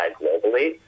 globally